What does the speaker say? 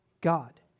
God